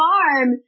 Farm